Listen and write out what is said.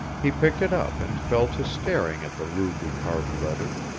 he picked it up and fell to staring at the rudely carved letters.